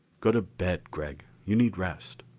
go to bed, gregg, you need rest.